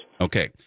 Okay